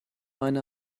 eine